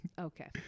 Okay